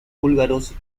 búlgaros